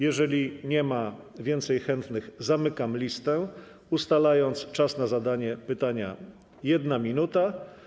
Jeżeli nie ma więcej chętnych, zamykam listę i ustalam czas na zadanie pytania na 1 minutę.